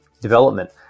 development